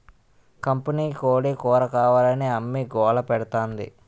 కంపినీకోడీ కూరకావాలని అమ్మి గోలపెడతాంది